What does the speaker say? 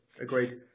agreed